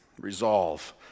resolve